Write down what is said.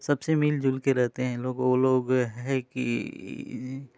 सबसे मिल जुल के रहते हैं लोग वो लोग है कि